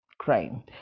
crime